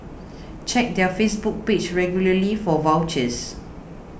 check their Facebook page regularly for vouchers